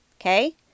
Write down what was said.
Okay